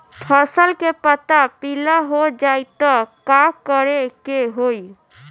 फसल के पत्ता पीला हो जाई त का करेके होई?